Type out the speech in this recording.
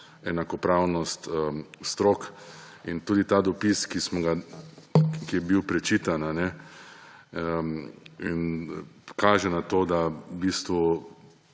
enakopravnost strok. In tudi ta dopis, ki je bil prečitan, kaže na to, da v bistvu